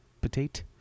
potato